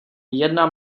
jedna